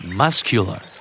muscular